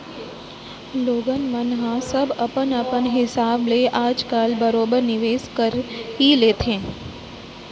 लोगन मन ह सब अपन अपन हिसाब ले आज काल बरोबर निवेस कर ही लेथे